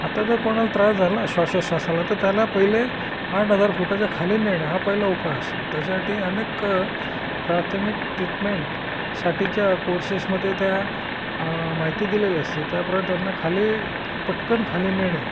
आता जर कोणाला त्रास झाला श्वासोश्वासाला तर त्याला पहिले आठ हजार फुटाच्या खाली नेणे हा पहिला उपाय असतो त्याच्यासाठी अनेक प्राथमिक ट्रीटमेंट साठीच्या कोर्सेसमध्ये त्या माहिती दिलेली असते त्याप्रमाणे त्यांना खाली पटकन खाली नेणे